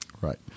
right